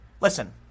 Listen